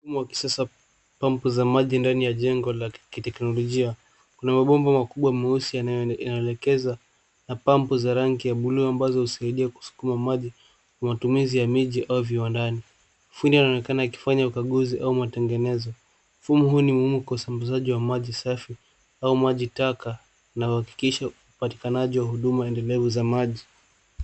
Mfumo wakisasa pampu za maji ndani ya jengwa la kiteknolojia. Kuna mabomba makubwa meusi yanaewelekeza na pampu za ranki ya buluu ambazo husaidia kusukuma maji kwa matumizi ya miji au viwandani. Mfumo unaonekana kufanya ukaguzi au matangenezo. Mfumo huu ni muhimu kwa sambazaji wa maji safi au maji taka na kuhakikisha upatikanaji wa huduma endelevu za maji.